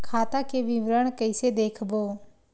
खाता के विवरण कइसे देखबो?